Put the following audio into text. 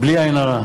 בלי עין הרע,